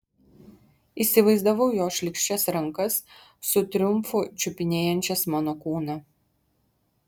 įsivaizdavau jo šlykščias rankas su triumfu čiupinėjančias mano kūną